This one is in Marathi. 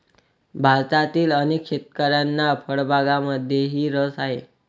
भारतातील अनेक शेतकऱ्यांना फळबागांमध्येही रस आहे